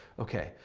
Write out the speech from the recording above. okay.